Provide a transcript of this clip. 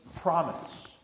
promise